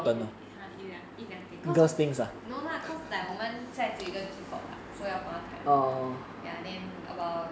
mm 一 !huh! 一两一两点 cause no lah cause like 我们现在只有一个:wo men xian zai xue yi ge key fob ah so 要 find time ya then about